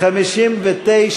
בדבר תוספת תקציב לא נתקבלו.